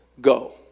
go